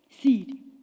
seed